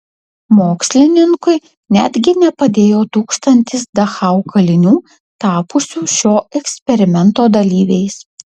mokslininkui netgi nepadėjo tūkstantis dachau kalinių tapusių šio eksperimento dalyviais